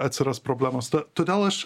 atsiras problemos todėl aš